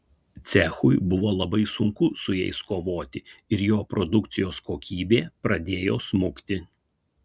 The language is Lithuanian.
cechui buvo labai sunku su jais kovoti ir jo produkcijos kokybė pradėjo smukti